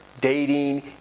dating